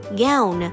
gown